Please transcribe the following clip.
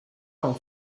con